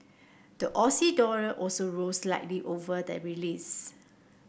the Aussie dollar also rose slightly over the release